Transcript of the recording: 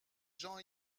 jean